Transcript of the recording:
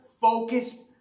focused